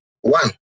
One